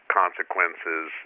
consequences